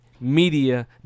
media